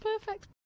perfect